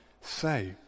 say